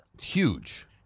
Huge